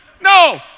No